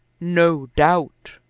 no doubt.